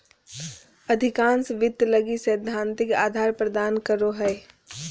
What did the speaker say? अधिकांश वित्त लगी सैद्धांतिक आधार प्रदान करो हइ